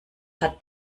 hat